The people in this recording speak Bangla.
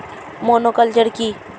মনোকালচার কি?